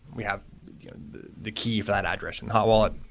we have the key for that address in hot wallet.